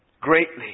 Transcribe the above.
greatly